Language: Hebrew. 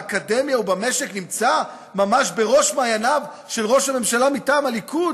באקדמיה ובמשק נמצא ממש בראש מעייניו של ראש הממשלה מטעם הליכוד.